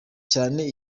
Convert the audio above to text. cyane